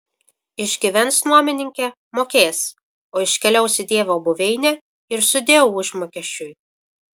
išgyvens nuomininkė mokės o iškeliaus į dievo buveinę ir sudieu užmokesčiui